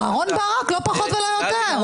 אהרן ברק, לא פחות ולא יותר.